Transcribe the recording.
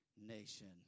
nation